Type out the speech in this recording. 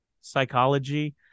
psychology